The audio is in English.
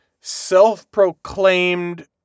self-proclaimed